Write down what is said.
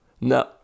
no